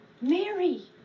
mary